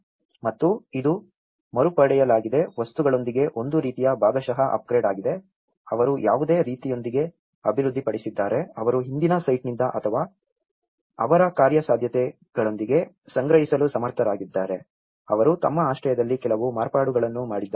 ಮತ್ತು ಇದು ಮರುಪಡೆಯಲಾದ ವಸ್ತುಗಳೊಂದಿಗೆ ಒಂದು ರೀತಿಯ ಭಾಗಶಃ ಅಪ್ಗ್ರೇಡ್ ಆಗಿದೆ ಅವರು ಯಾವುದೇ ರೀತಿಯೊಂದಿಗೆ ಅಭಿವೃದ್ಧಿಪಡಿಸಿದ್ದಾರೆ ಅವರು ಹಿಂದಿನ ಸೈಟ್ನಿಂದ ಅಥವಾ ಅವರ ಕಾರ್ಯಸಾಧ್ಯತೆಗಳೊಂದಿಗೆ ಸಂಗ್ರಹಿಸಲು ಸಮರ್ಥರಾಗಿದ್ದಾರೆ ಅವರು ತಮ್ಮ ಆಶ್ರಯದಲ್ಲಿ ಕೆಲವು ಮಾರ್ಪಾಡುಗಳನ್ನು ಮಾಡಿದ್ದಾರೆ